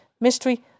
mystery